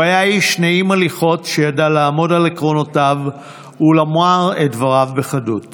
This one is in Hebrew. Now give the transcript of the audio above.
הוא היה איש נעים הליכות שידע לעמוד על עקרונותיו ולומר את דבריו בחדות